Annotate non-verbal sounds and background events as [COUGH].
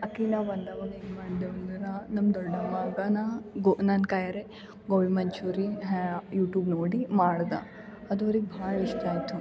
ಆಕಿನ ಬಂದು ಅವ್ನಿಗೆ [UNINTELLIGIBLE] ನಮ್ಮ ದೊಡ್ಡಮ್ಮ ಬನ ಗೋ ನನ್ನ ಕೈಯಾರೆ ಗೋಬಿ ಮಂಚೂರಿ ಹ್ಯಾ ಯುಟೂಬ್ ನೋಡಿ ಮಾಡ್ದೆ ಅದು ಅವ್ರಿಗೆ ಭಾಳ ಇಷ್ಟ ಆಯಿತು